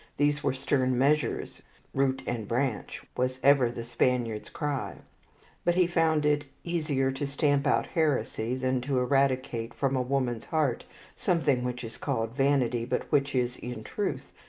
these were stern measures root and branch was ever the spaniard's cry but he found it easier to stamp out heresy than to eradicate from a woman's heart something which is called vanity, but which is, in truth,